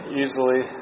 easily